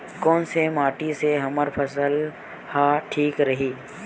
कोन से माटी से हमर फसल ह ठीक रही?